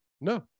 No